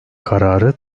kararı